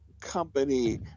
company